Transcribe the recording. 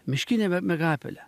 miškinė mie miegapelė